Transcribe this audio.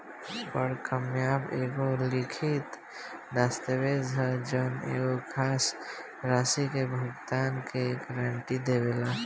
परक्रमय एगो लिखित दस्तावेज ह जवन एगो खास राशि के भुगतान के गारंटी देवेला